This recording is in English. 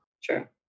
Sure